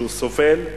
שסובל.